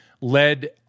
led